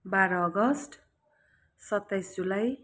बाह्र अगस्त सत्ताइस जुलाई